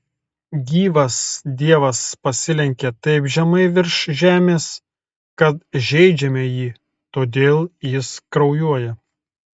gyvas dievas pasilenkia taip žemai virš žemės kad žeidžiame jį todėl jis kraujuoja